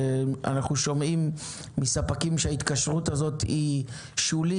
שאנו שומעים מספקים שההתקשרות הזו היא שולית,